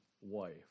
wife